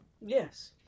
Yes